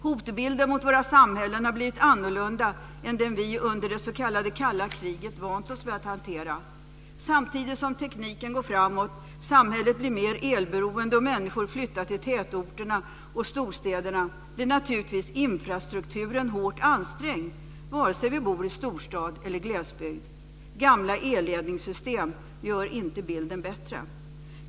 Hotbilden mot våra samhällen har blivit annorlunda än den vi under det s.k. kalla kriget vant oss vid att hantera. Samtidigt som tekniken går framåt, samhället blir mer elberoende och människor flyttar till tätorterna och storstäderna blir naturligtvis infrastrukturen hårt ansträngd, vare sig vi bor i storstad eller i glesbygd. Gamla elledningssystem gör inte bilden bättre.